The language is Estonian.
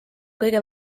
kõige